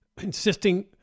insisting